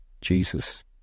Jesus